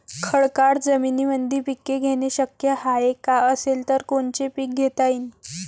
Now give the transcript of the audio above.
खडकाळ जमीनीमंदी पिके घेणे शक्य हाये का? असेल तर कोनचे पीक घेता येईन?